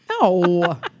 No